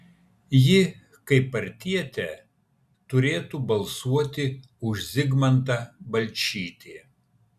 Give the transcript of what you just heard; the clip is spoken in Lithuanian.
ji kaip partietė turėtų balsuoti už zigmantą balčytį